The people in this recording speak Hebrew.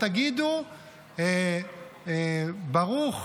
תגידו ברוך,